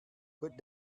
put